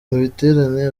biterane